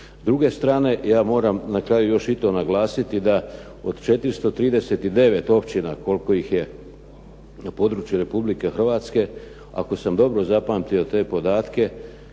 S druge strane, ja moram na kraju još i to naglasiti, da od 439 općina koliko ih je na području Republike Hrvatske, ako sam dobro zapamtio te podatke,